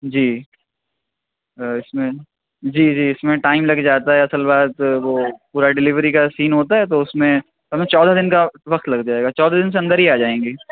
جی اِس میں جی جی اِس میں ٹائم لگ جاتا ہے اصل بات وہ پورا ڈلیوری کا سین ہوتا ہے تو اُس میں چودہ دِن کا وقت لگ جائے گا چودہ دِن سے اندر ہی آ جائیں گی